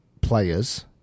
players